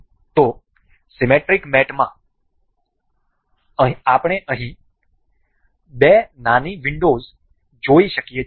તેથી સીમેટ્રિકના મેટમાં આપણે અહીં બે નાની વિંડોઝ જોઈ શકીએ છીએ